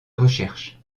recherche